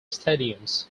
stadiums